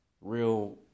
real